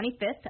25th